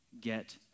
Get